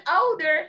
older